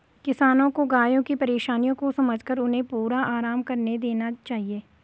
किसानों को गायों की परेशानियों को समझकर उन्हें पूरा आराम करने देना चाहिए